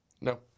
No